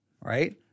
right